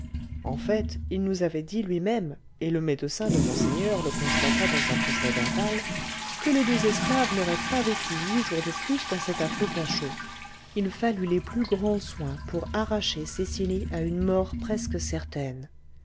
en fait il nous avait dit lui-même et le médecin de monseigneur le constata dans un procès-verbal que les deux esclaves n'auraient pas vécu huit jours de plus dans cet affreux cachot il fallut les plus grands soins pour arracher cecily à une mort presque certaine